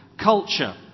culture